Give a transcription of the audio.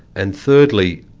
and thirdly,